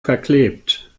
verklebt